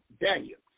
Daniel